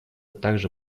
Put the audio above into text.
также